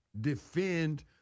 defend